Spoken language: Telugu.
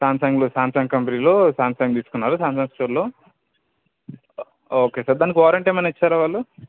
సామ్సంగ్లో సామ్సంగ్ కంపెనీలో సామ్సంగ్ తీసుకున్నారు సామ్సంగ్ స్టోర్లో ఓకే సార్ దానికి వారంటీ ఏమన్నఇచ్చారా వాళ్ళు